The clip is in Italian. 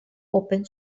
open